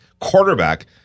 quarterback